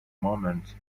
moment